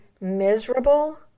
miserable